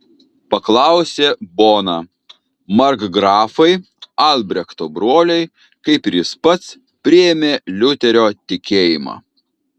paklausė bona markgrafai albrechto broliai kaip ir jis pats priėmė liuterio tikėjimą